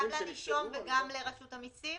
גם לנישום וגם לרשות המיסים?